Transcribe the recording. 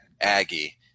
Aggie